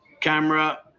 camera